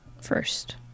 first